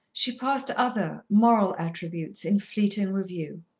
she passed other, moral, attributes, in fleeting review.